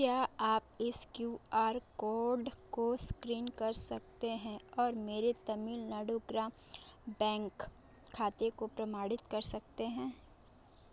क्या आप इस क्यू आर कोड को स्क्रीन कर सकते हैं और मेरे तमिलनाडु ग्राम बैंक खाते को प्रमाणित कर सकते हैं